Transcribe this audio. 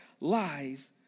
lies